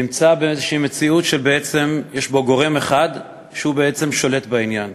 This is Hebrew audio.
נמצא באיזו מציאות שיש בה גורם אחד שהוא בעצם שולט בעניין.